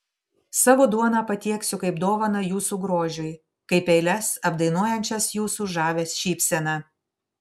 savo duoną patieksiu kaip dovaną jūsų grožiui kaip eiles apdainuojančias jūsų žavią šypseną